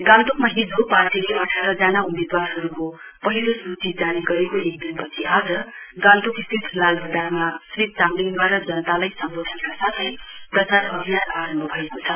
गान्तोक हिजो पार्टीले अठार जना उम्मेदवारहरुको पहिलो सुची जारी गरेको एक दिनपछि आज गान्तोकको लालबजारमा श्री चामलिङदूवारा जनतालाई सम्बोधनका साथै प्रचार अभियान आरम्भ भएको छ